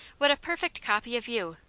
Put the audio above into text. what a perfect copy of you!